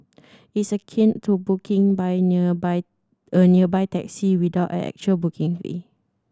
it's akin to booking by nearby a nearby taxi without a actual booking fee